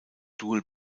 dual